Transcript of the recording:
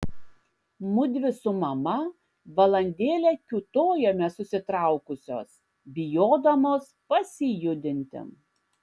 mudvi su mama valandėlę kiūtojome susitraukusios bijodamos pasijudinti